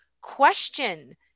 question